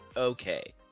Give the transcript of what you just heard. Okay